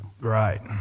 Right